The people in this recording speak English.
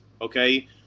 okay